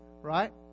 right